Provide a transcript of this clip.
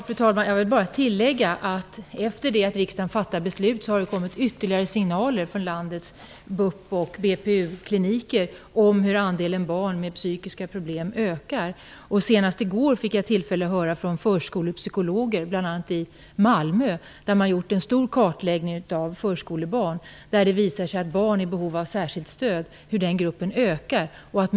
Fru talman! Jag vill bara tillägga att efter det att riksdagen fattade beslutet har det kommit ytterligare signaler från landets BUP och BPU-kliniker om hur andelen barn med psykiska problem ökar. Senast i går hörde jag från förskolepsykologer i Malmö, där man har gjort en stor kartläggning av förskolebarn, att gruppen med barn som behöver särskilt stöd ökar.